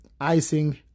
icing